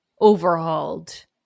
overhauled